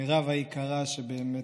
מירב היקרה שבאמת,